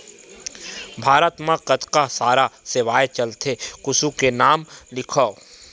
भारत मा कतका सारा सेवाएं चलथे कुछु के नाम लिखव?